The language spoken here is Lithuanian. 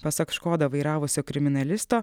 pasak škodą vairavusio kriminalisto